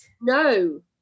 No